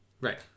right